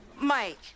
Mike